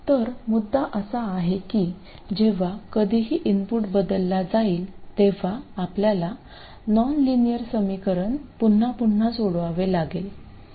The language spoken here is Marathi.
तर मुद्दा असा आहे की जेव्हा कधीही इनपुट बदलला जाईल तेव्हा आपल्याला नॉनलिनियर समीकरण पुन्हा पुन्हा सोडवावे लागेल